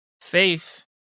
faith